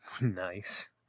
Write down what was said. Nice